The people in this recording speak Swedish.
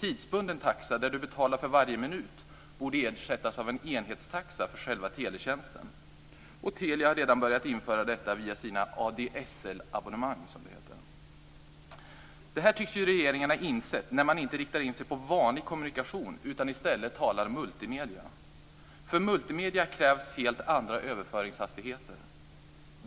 Tidsbunden taxa, där man betalar för varje minut, borde ersättas av en enhetstaxa för själva teletjänsten. Telia har redan börjat införa detta via sina ADSL-abonnemang. Regeringen tycks ha insett detta när man inte riktar in sig på vanlig kommunikation utan i stället talar om multimedier. För multimedier krävs helt andra överföringshastigheter.